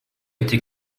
été